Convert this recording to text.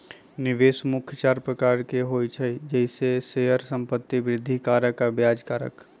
निवेश मुख्य चार प्रकार के होइ छइ जइसे शेयर, संपत्ति, वृद्धि कारक आऽ ब्याज कारक